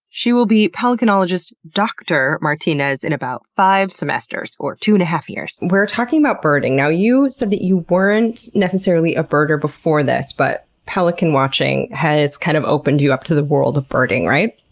she will be pelicanologist dr martinez in about five semesters, or two and a half years. we were talking about birding. now, you said that you weren't necessarily a birder before this, but pelican watching has, kind of, opened you up to the world of birding, right?